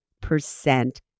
percent